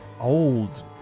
old